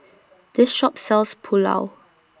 This Shop sells Pulao